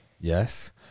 Yes